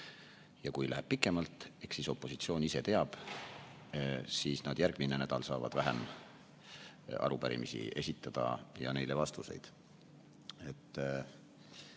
Ja kui läheb pikemalt, eks siis opositsioon ise teab, järgmisel nädalal nad saavad vähem arupärimisi esitada ja neile vastuseid